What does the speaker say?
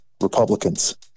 Republicans